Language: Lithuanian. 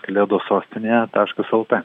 kalėdos sostinėje taškas lt